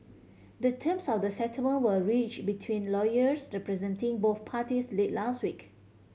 the terms of the settlement were reach between lawyers representing both parties late last week